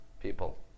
people